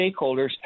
stakeholders